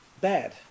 bad